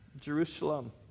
Jerusalem